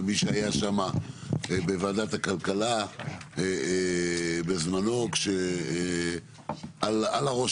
ומי שהיה שם בוועדת הכלכלה בזמנו כשעל הראש